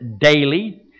daily